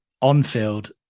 on-field